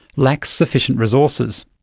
lacks sufficient resources.